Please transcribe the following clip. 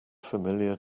familiar